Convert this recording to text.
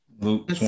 Luke